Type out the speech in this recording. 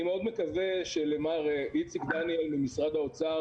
אני מאוד מקווה שלמר איציק דניאל ממשרד האוצר